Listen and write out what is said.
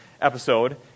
episode